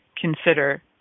consider